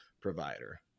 provider